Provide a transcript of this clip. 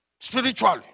Spiritually